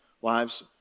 wives